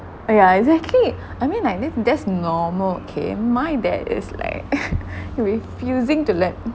uh yeah exactly I mean like that~ that's normal okay my dad is like refusing to let